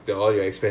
mm